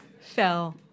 fell